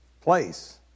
place